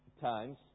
times